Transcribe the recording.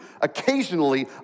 occasionally